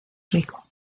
rico